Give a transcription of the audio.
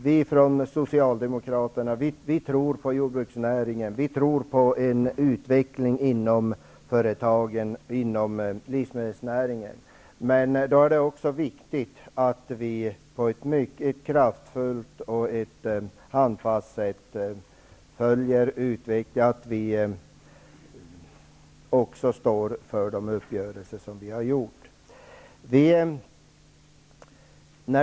Vi från Socialdemokraterna tror på jordbruksnäringen och på en utveckling av företagen inom livsmedelsnäringen. Men det är viktigt att vi på ett kraftfullt och handfast sätt står för de uppgörelser vi har gjort.